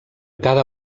cada